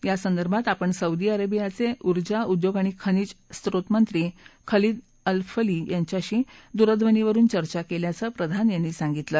यासंदर्भात आपण सौदी अरबचे उर्जा उद्योग आणि खनिज सोत मंत्री खलिद अलफलिह यांच्याशी दूरध्वनीवरुन चर्चा केल्याचं प्रधान यांनी सांगितलं